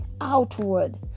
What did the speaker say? outward